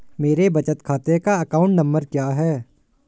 मेरे बचत खाते का अकाउंट नंबर क्या है?